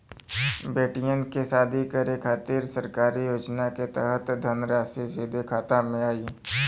बेटियन के शादी करे के खातिर सरकारी योजना के तहत धनराशि सीधे खाता मे आई?